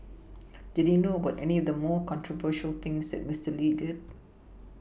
did he know about any of the more controversial things that Mister Lee did